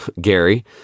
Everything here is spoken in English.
Gary